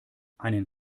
einen